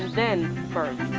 then birds.